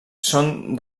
són